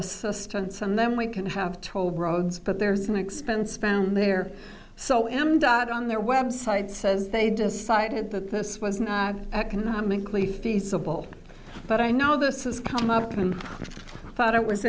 assistance and then we can have told roads but there's an expense found there so him dot on their website says they decided that this was an economically feasible but i know this has come up and i thought it was